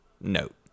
note